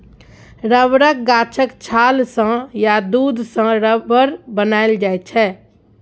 रबरक गाछक छाल सँ या दुध सँ रबर बनाएल जाइ छै